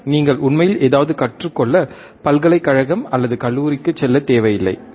நீங்கள் உண்மையில் ஏதாவது கற்றுக் கொள்ள பல்கலைக்கழகம் அல்லது கல்லூரிக்குச் செல்ல தேவையில்லை சரி